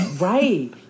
Right